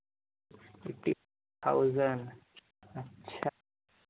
fifty thousand अच्छा